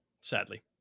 sadly